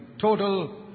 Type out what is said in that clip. total